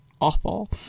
awful